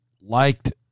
liked